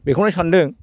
बेखौनो सानदों